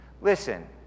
Listen